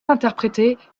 interpréter